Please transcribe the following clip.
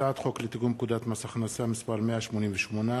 הצעת חוק לתיקון פקודת מס הכנסה (מס' 188),